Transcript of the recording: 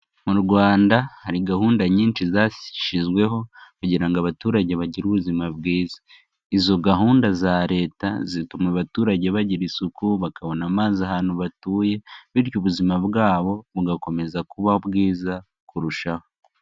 Mu Rwanda hari gahunda nyinshi zashyizweho kugira ngo abaturage bagire ubuzima bwiza, izo gahunda za Leta zituma abaturage bagira isuku, bakabona amazi ahantu batuye, bityo ubuzima bwabo bugakomeza kuba bwiza kurushaho.